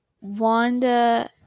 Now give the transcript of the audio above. Wanda